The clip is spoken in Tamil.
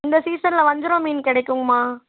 இந்த சீசனில் வஞ்சிரம் மீன் கிடைக்குங்கம்மா